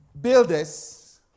Builders